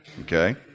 okay